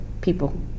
people